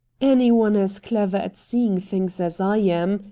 any one as clever at seeing things as i am,